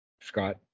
Scott